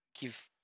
give